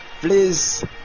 please